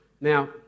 Now